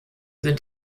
sind